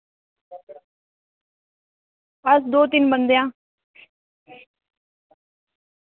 अस दो तिन बंदे आं